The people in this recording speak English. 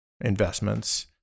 investments